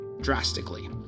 drastically